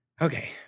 Okay